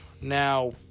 Now